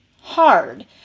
hard